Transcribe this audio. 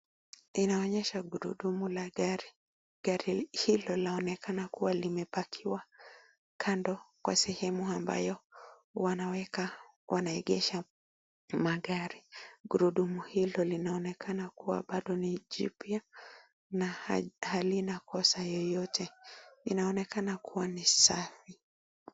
Inaonyesha gurudumu la gari, gari hilo linaonekana kuwa limepakiwa kando, kwa sehemu ambayo wanaweka, wanaegesha magari. Gurudumu hilo linaonekana kuwa bado ni jipya na halina kosa yeyote inaonekana kuwa ni safi.